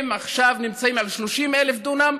הם עכשיו נמצאים על 30,000 דונם.